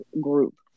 group